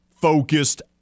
focused